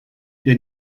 der